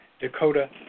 Dakota